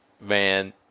Man